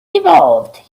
evolved